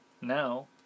now